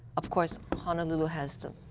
of course, honolulu has